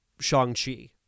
Shang-Chi